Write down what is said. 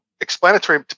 explanatory